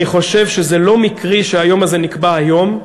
אני חושב שזה לא מקרי שהיום הזה נקבע היום.